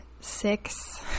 six